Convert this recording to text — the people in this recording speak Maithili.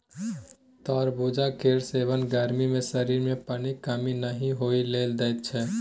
तरबुजा केर सेबन गर्मी मे शरीर मे पानिक कमी नहि होइ लेल दैत छै